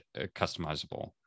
customizable